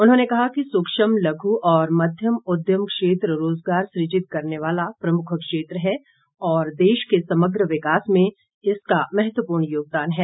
उन्होंने कहा कि सूक्ष्म लघ् और मध्यम उद्यम क्षेत्र रोजगार सुजित करने वाला प्रमुख क्षेत्र है और देश के समग्र विकास में इसका महत्वपूर्ण योगदान है